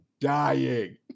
dying